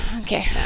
okay